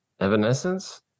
Evanescence